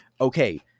okay